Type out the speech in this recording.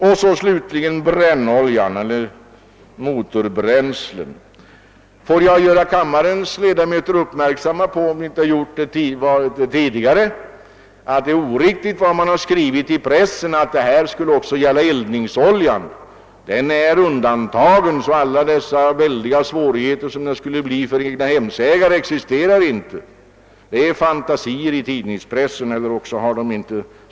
Vad slutligen beträffar brännoljan och motorbränslena vill jag göra kammarens ledamöter uppmärksamma på — om de inte redan tidigare är det — att uppgifterna i pressen om att skattehöjningen också skulle gälla eldningsoljan är oriktiga. Den är undantagen i detta sammanhang. Alla de stora svårigheter som anförts skulle komma att uppstå för egnahemsägare är alltså fantasier. med 8 öre per liter brännolja och gasol.